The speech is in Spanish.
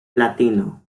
platino